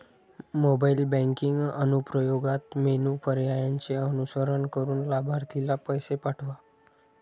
mobile banking अनुप्रयोगात menu पर्यायांचे अनुसरण करून लाभार्थीला पैसे पाठवा